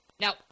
Now